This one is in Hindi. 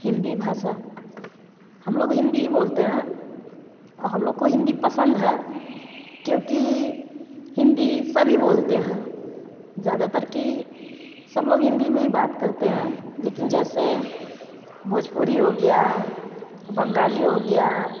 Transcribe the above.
हिंदी भाषा हम लोग हिंदी ही बोलते हैं हम लोग को हिंदी पसंद है क्योंकि हिंदी सभी बोलते हैं ज़्यादातर कि सब लोग हिंदी में ही बात करते हैं लेकिन जैसे भोजपुरी हो गया बंगाली हो गया